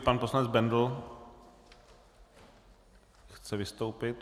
Pan poslanec Bendl chce vystoupit.